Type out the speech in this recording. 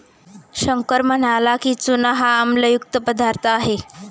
शंकर म्हणाला की, चूना हा आम्लयुक्त पदार्थ आहे